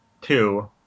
two